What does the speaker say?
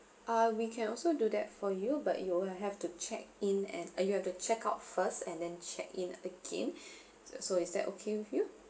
uh we can also do that for you but you will have to check in and you have to check out first and then check in again so is that okay with you